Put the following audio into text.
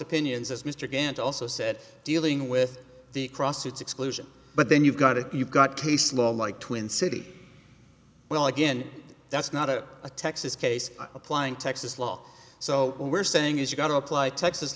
opinions as mr gant also said dealing with the cross it's exclusion but then you've got it you've got case law like twin city well again that's not a texas case applying texas law so what we're saying is you've got to apply texas